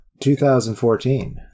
2014